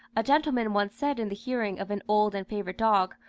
a gentleman once said in the hearing of an old and favourite dog,